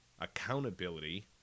accountability